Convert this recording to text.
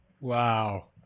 wow